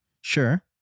Sure